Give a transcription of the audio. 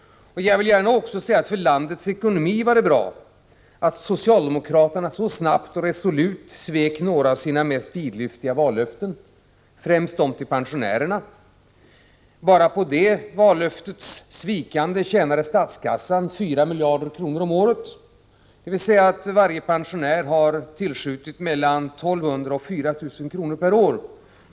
Jag vill gärna säga att det var bra för landets ekonomi att socialdemokraterna så snabbt och resolut svek några av sina mest vidlyftiga vallöften, främst det till pensionärerna. Bara på det vallöftets svikande tjänade statskassan 4 miljarder kronor om året, dvs. att varje pensionär har tillskjutit mellan 1 200 och 4 000 kr. per år.